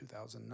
2009